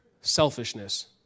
Selfishness